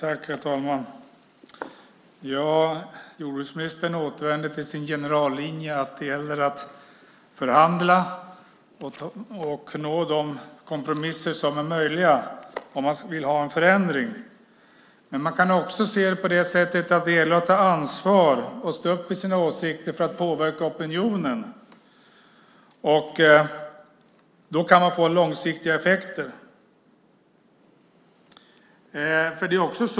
Herr talman! Jordbruksministern återvänder till sin generallinje att förhandla och nå de kompromisser som är möjliga, om man vill ha en förändring. Men man kan också se det så att det gäller att ta ansvar och stå upp för sina åsikter för att påverka opinionen. Då går det att få långsiktiga effekter.